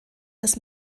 des